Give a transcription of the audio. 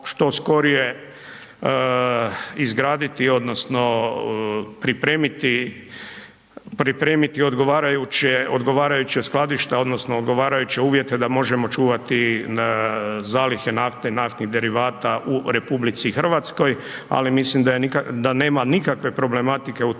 što skorije izgraditi odnosno pripremiti odgovarajuća skladišta odnosno odgovarajuće uvjete da možemo čuvati zalihe nafte i naftnih derivata u RH, ali mislim da nema nikakve problematike u